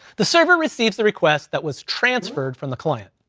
the server receives the request that was transferred from the client.